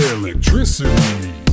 Electricity